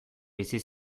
bizi